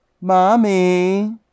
Mommy